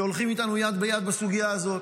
שהולכים איתנו יד ביד בסוגיה הזאת,